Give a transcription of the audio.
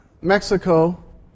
Mexico